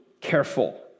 careful